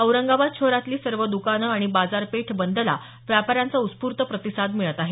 औरंगाबाद शहरातली सर्व द्कानं आणि बाजापेठ बंदला व्यापाऱ्यांचा उस्फूर्त प्रतिसाद मिळत आहे